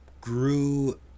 grew